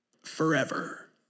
forever